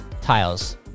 tiles